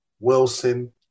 Wilson